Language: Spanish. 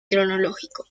cronológico